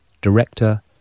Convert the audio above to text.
director